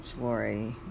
Lori